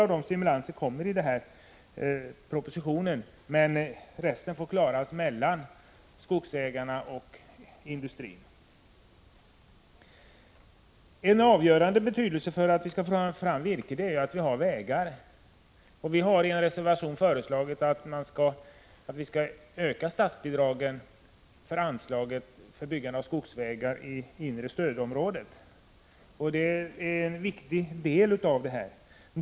En del stimulanser föreslås i propositionen, men resten får klaras mellan skogsägarna och industrin. Av avgörande betydelse för att få fram virke är att det finns vägar. Vi har i en reservation föreslagit en ökning av anslaget för byggandet av skogsvägar i inre stödområdet. Det är en viktig del i denna problematik.